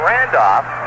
Randolph